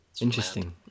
interesting